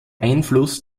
einfluss